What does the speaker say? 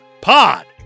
pod